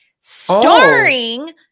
starring